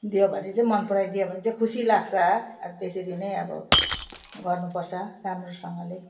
दियो भने चाहिँ मनपराइदियो भने चाहिँ खुसी लाग्छ अब त्यसरी नै अब गर्नुपर्छ राम्रोसँगले